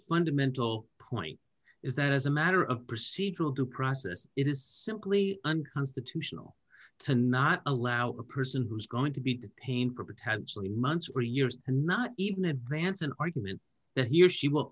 fundamental point is that as a matter of procedural due process it is simply unconstitutional to not allow a person who's going to be detained for potentially months or years and not even an rance an argument that he or she will